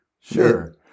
Sure